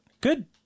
good